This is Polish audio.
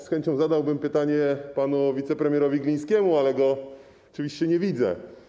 Z chęcią zadałbym pytanie panu wicepremierowi Glińskiemu, ale jego oczywiście nie widzę.